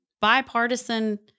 bipartisan